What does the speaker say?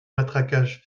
matraquage